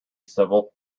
civil